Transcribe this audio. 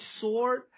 sword